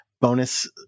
bonus